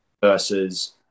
versus